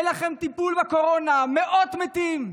אין לכם טיפול בקורונה, מאות מתים,